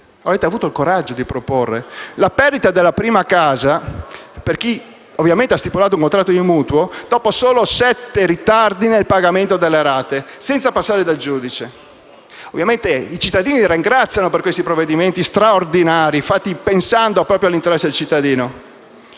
Avete avuto il coraggio di proporre la perdita della prima casa per chi ovviamente ha stipulato un contratto di mutuo, dopo solo sette ritardi nel pagamento delle rate, senza passare dal giudice. Ovviamente i cittadini ringraziano per questi provvedimenti straordinari, fatti pensando proprio all'interesse del cittadino.